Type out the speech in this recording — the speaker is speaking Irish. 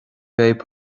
bheidh